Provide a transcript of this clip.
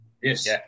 Yes